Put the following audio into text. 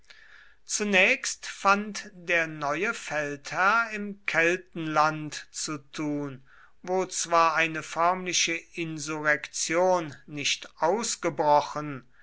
zunächst fand der neue feldherr im keltenland zu tun wo zwar eine förmliche insurrektion nicht ausgebrochen